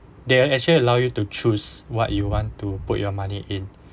they are actually allow you to choose what you want to put your money in